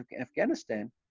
Afghanistan